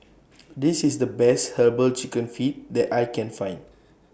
This IS The Best Herbal Chicken Feet that I Can Find